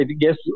guess